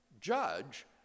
judge